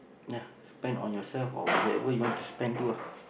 ya spend on yourself or whoever you want to spend to ah